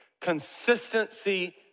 consistency